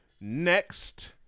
Next